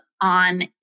on